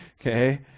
okay